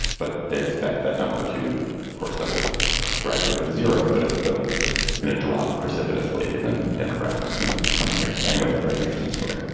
but they expect that number to of course, that will gradually go to zero. but it will go to it's going to drop precipitously given demographics in coming years anyway. very interesting story,